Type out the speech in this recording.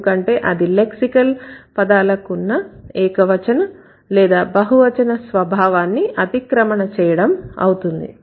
ఎందుకంటే అది లెక్సికల్ పదాలకున్న ఏకవచన లేదా బహువచన స్వభావాన్ని అతిక్రమణ చేయడం అవుతుంది